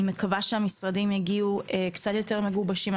אני מקווה שהמשרדים יגיעו קצת יותר מגובשים.